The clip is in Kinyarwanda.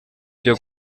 byo